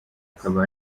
akaba